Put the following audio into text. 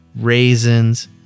raisins